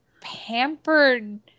pampered